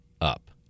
up